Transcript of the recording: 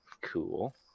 Cool